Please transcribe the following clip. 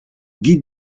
guide